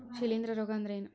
ಶಿಲೇಂಧ್ರ ರೋಗಾ ಅಂದ್ರ ಏನ್?